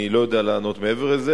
אני לא יודע לענות מעבר לכך,